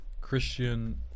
Christian